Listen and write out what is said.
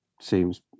seems